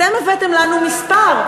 אתם הבאתם לנו מספר.